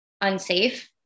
unsafe